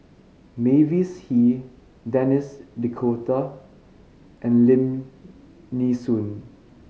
Mavis Hee Denis D'Cotta and Lim Nee Soon